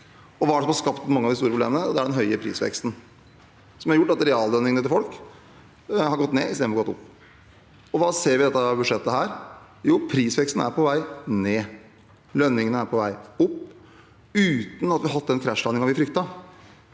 det som har skapt mange av de store problemene? Det er den høye prisveksten, som har gjort at reallønningene til folk har gått ned istedenfor opp. Hva ser vi i dette budsjettet? Jo, at prisveksten er på vei ned og lønningene er på vei opp – uten at vi har hatt den krasjlandingen vi fryktet.